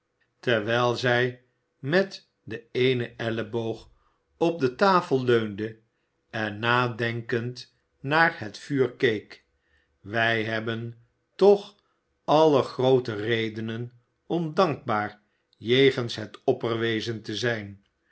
terwijl zij met den eenen elleboog op de tafel leunde en nadenkend naar het vuur keek wij hebben toch allen groote redenen om dankbaar jegens het opperwezen te zijn